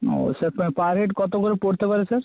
ও sir per head কত করে পড়তে পারে স্যার